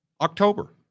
October